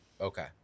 okay